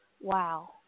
wow